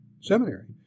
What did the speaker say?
seminary